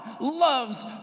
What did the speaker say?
loves